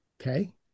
Okay